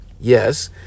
Yes